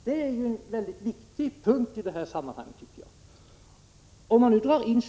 Det är en mycket viktig punkt i detta sammanhang. Syrien har nämnts här.